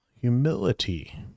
humility